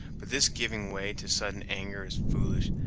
but this giving way to sudden anger is foolish,